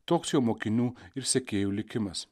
toks jo mokinių ir sekėjų likimas